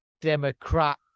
democrat